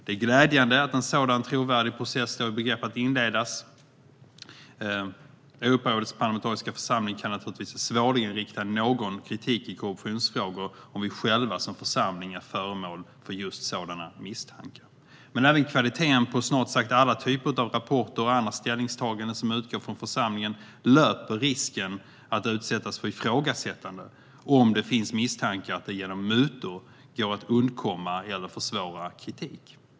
Det är glädjande att en sådan trovärdig process står i begrepp att inledas. Europarådets parlamentariska församling kan naturligtvis svårligen rikta någon kritik i korruptionsfrågor om vi själva som församling är föremål för just sådana misstankar. Men även kvaliteten på snart sagt alla typer av rapporter och andra ställningstaganden som utgår från församlingen löper risken att utsättas för ifrågasättanden om det finns misstankar om att det genom mutor går att undkomma eller försvåra kritik.